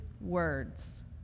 words